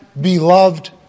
Beloved